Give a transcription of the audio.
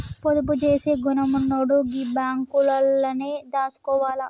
పొదుపు జేసే గుణమున్నోడు గీ బాంకులల్లనే దాసుకోవాల